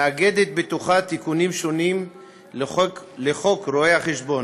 מאגדת בתוכה תיקונים שונים לחוק רואי-חשבון,